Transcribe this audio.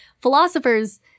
Philosophers